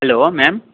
hello ma'am